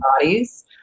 bodies